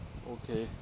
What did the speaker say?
okay